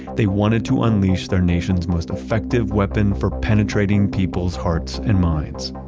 they wanted to unleash their nation's most effective weapon for penetrating people's hearts and minds.